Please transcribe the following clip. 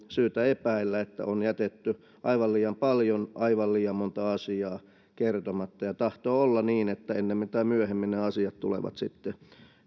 syytä epäillä että on jätetty aivan liian paljon aivan liian monta asiaa kertomatta ja tahtoo olla niin että ennemmin tai myöhemmin ne asiat tulevat sitten